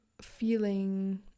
feeling